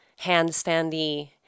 handstandy